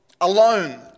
alone